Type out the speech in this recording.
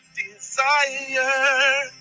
desire